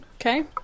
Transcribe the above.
okay